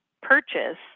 purchase